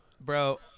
Bro